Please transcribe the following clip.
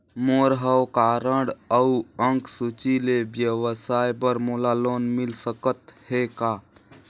मोर हव कारड अउ अंक सूची ले व्यवसाय बर मोला लोन मिल सकत हे का?